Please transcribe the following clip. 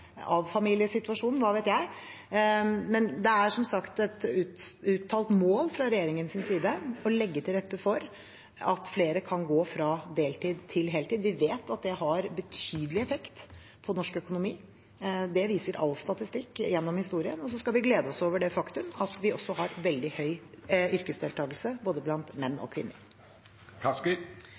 hva vet jeg? Men det er som sagt et uttalt mål fra regjeringens side å legge til rette for at flere kan gå fra deltid til heltid. Vi vet at det har betydelig effekt på norsk økonomi. Det viser all statistikk gjennom historien. Og så skal vi glede oss over det faktum at vi også har veldig høy yrkesdeltakelse blant både menn og